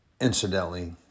Incidentally